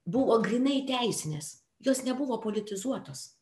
buvo grynai teisinės jos nebuvo politizuotos